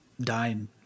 dying